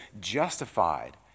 justified